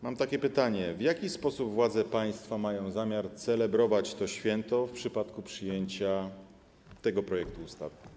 Mam następujące pytanie: W jaki sposób władze państwa mają zamiar celebrować to święto w przypadku przyjęcia tego projektu ustawy?